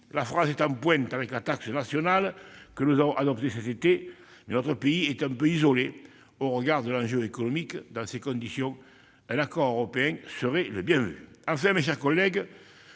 La France est en pointe avec la taxe nationale que nous avons adoptée cet été, mais notre pays est quelque peu isolé au regard de l'enjeu économique. Dans ces conditions, un accord européen serait le bienvenu. Enfin, mes chers collègues,